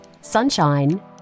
sunshine